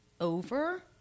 over